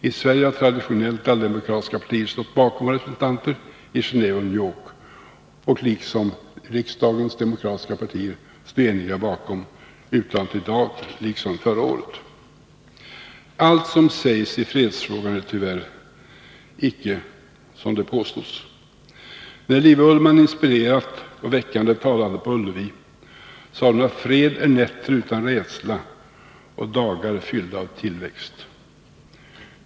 I Sverige har traditionellt alla demokratiska partier stått bakom våra representanter i Genéve och i New York, liksom riksdagens demokratiska partier står eniga bakom betänkandet i dag på samma sätt som de gjorde det förra året. Allt som sägs i fredsfrågan är tyvärr icke som det påstås. När Liv Ullman inspirerat och väckande talade på Ullevi sade hon att fred är nätter utan rädsla och dagar fyllda av tillväxt.